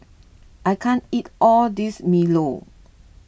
I can't eat all this Milo